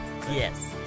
Yes